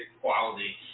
quality